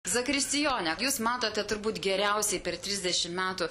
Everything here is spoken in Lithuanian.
zakristijone jūs matote turbūt geriausiai per trisdešim metų